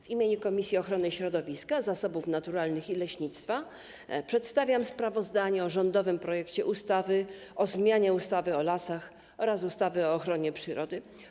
W imieniu Komisji Ochrony Środowiska, Zasobów Naturalnych i Leśnictwa przedstawiam sprawozdanie o rządowym projekcie ustawy o zmianie ustawy o lasach oraz ustawy o ochronie przyrody.